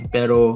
Pero